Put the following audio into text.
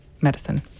medicine